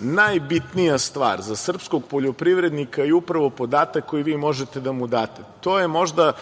najbitnija stvar za srpskog poljoprivrednika je upravo podatak koji vi možete da mu date. To je možda